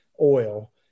oil